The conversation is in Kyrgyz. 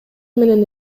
менен